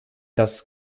das